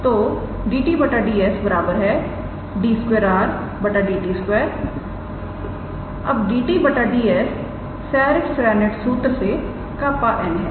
तो 𝑑𝑡 𝑑𝑠 𝑑 2𝑟𝑑𝑡 2 अब dt ds Serret Frenet सूत्र से 𝜅𝑛̂ है